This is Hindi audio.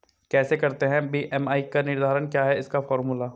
कैसे करते हैं बी.एम.आई का निर्धारण क्या है इसका फॉर्मूला?